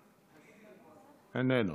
איננו,